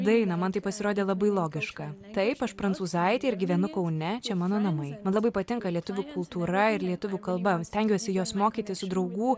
dainą man tai pasirodė labai logiška taip aš prancūzaitė ir gyvenu kaune čia mano namai man labai patinka lietuvių kultūra ir lietuvių kalba stengiuosi jos mokytis draugų